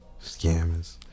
Scammers